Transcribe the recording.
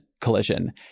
collision